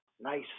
nice